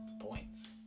points